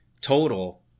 total